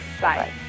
bye